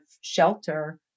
shelter